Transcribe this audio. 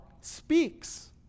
speaks